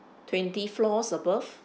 twenty floors above